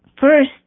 first